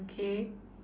okay